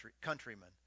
countrymen